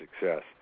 success